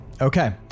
Okay